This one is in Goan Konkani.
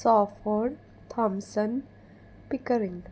सॉफोड थॉमसन पिकरिंग